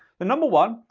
the number one,